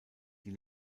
die